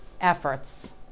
efforts